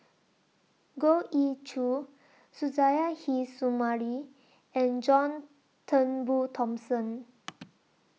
Goh Ee Choo Suzairhe Sumari and John Turnbull Thomson